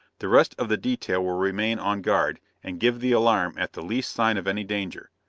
the rest of the detail will remain on guard, and give the alarm at the least sign of any danger.